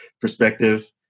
perspective